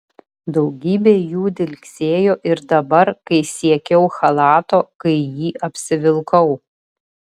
daugybė jų dilgsėjo ir dabar kai siekiau chalato kai jį apsivilkau